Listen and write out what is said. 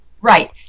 Right